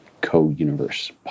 co-universe